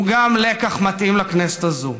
הוא לקח מתאים גם לכנסת הזאת.